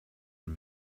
und